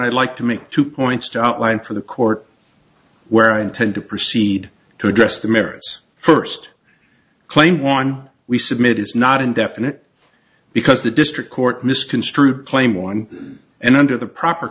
i like to make two points to outline for the court where i intend to proceed to address the merits first claim one we submit is not indefinite because the district court misconstrued claim one and under the proper